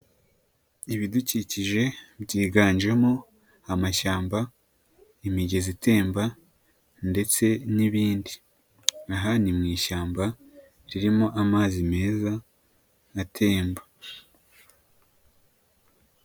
Ibidukikije byiganjemo amashyamba, imigezi itemba ndetse n'ibindi, aha ni mu ishyamba, ririmo amazi meza, atemba.